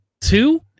two